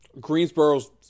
Greensboro's